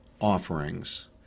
offerings